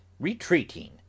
RETREATING